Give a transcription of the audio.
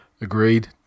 Agreed